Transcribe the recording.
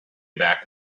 back